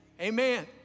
Amen